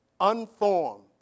unformed